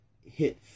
hit